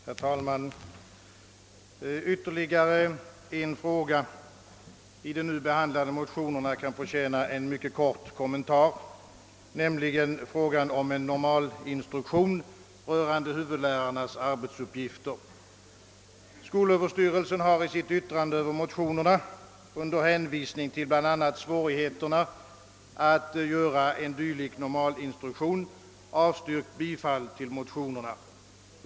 Herr talman! Ytterligare en fråga i de nu behandlade motionerna kan förtjäna en kort kommentar, nämligen frågan om en normalinstruktion rörande huvudlärarnas arbetsuppgifter. Skolöverstyrelsen har i sitt yttrande under hänvisning till bland annat svårigheterna att göra en dylik normalinstruktion avstyrkt bifall till motionerna.